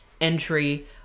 entry